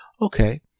Okay